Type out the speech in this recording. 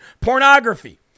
pornography